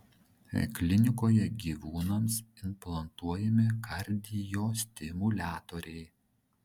klinikoje gyvūnams implantuojami kardiostimuliatoriai